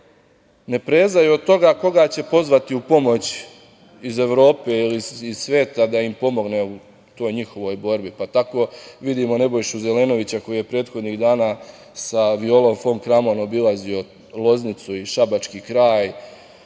ne prezaju od toga koga će pozvati u pomoć iz Evrope ili iz sveta da im pomogne u toj njihovoj borbi. Tako vidimo Nebojšu Zelenovića koji je prethodnih dana sa Violom fon Kramon obilazio Loznicu i šabački kraj,